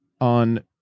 on